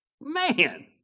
Man